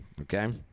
okay